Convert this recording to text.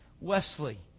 Wesley